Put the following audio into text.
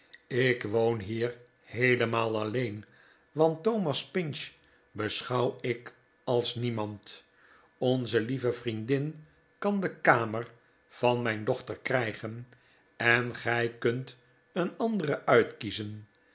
ik woon hier heelemaal alleen want thomas pinch beschouw ik als niemand onze lieve vriendin kan de kamer van mijn dochter krijgen en gij kunt een andere uitkiezen